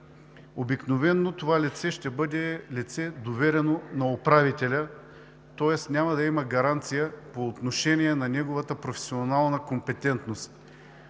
Обикновено това лице ще бъде доверено на управителя, тоест няма да има гаранция по отношение на неговата професионална компетентност.